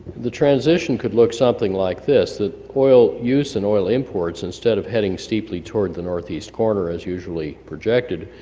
the transition could look something like this. the oil use and oil imports instead of heading steeply toward the northeast corner, as usually projected,